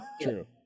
True